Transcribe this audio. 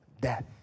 death